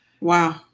Wow